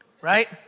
Right